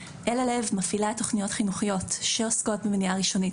אל הלב מפעילה תכניות שעוסקות במניעה ראשונית,